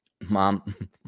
mom